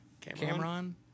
Cameron